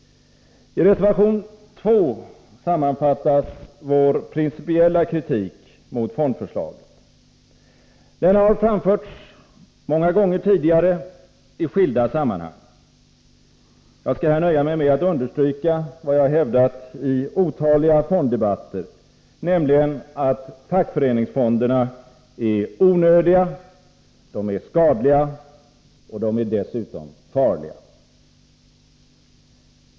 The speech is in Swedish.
I reservation 2 sammanfattas vår principiella kritik mot fondförslaget. Denna har framförts många gånger tidigare i skilda sammanhang. Jag skall här nöja mig med att understryka vad jag hävdat i otaliga fonddebatter, nämligen att fackföreningsfonderna är onödiga, skadliga och farliga.